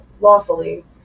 lawfully